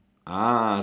ah